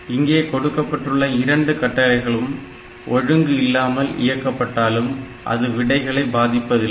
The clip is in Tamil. இங்கே கொடுக்கப்பட்டுள்ள இரண்டு கட்டளைகளும் ஒழுங்கு இல்லாமல் இயக்கப்பட்டாலும் அது விடைகளை பாதிப்பதில்லை